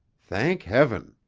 thank heaven!